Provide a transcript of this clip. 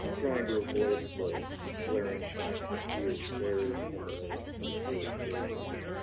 trying to avoid the glaring fact that he is very similar to jerry gergich,